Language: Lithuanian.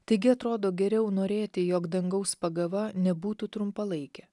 taigi atrodo geriau norėti jog dangaus pagava nebūtų trumpalaikė